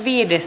asia